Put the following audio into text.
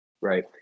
right